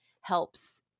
helps